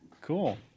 Cool